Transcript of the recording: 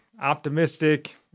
optimistic